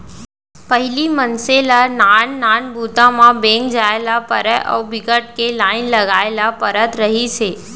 पहिली मनसे ल नान नान बूता म बेंक जाए ल परय अउ बिकट के लाईन लगाए ल परत रहिस हे